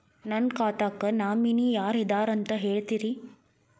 ನನ್ನ ಖಾತಾಕ್ಕ ನಾಮಿನಿ ಯಾರ ಇದಾರಂತ ಹೇಳತಿರಿ?